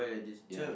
ya